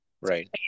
Right